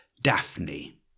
Daphne